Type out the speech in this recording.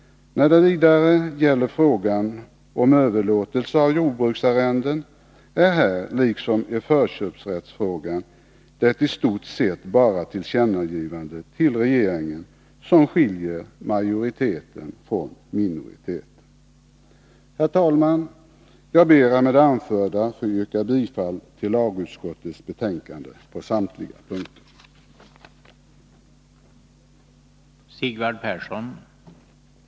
När det vidare gäller frågan om överlåtelse av jordbruksarrende är det här liksom i förköpsrättsfrågan i stort sett bara tillkännagivandet till regeringen som skiljer majoriteten från minoriteten. Herr talman! Jag ber att med det anförda få yrka bifall till lagutskottets hemställan på samtliga punkter.